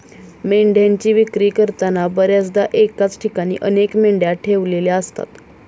मेंढ्यांची विक्री करताना बर्याचदा एकाच ठिकाणी अनेक मेंढ्या ठेवलेल्या असतात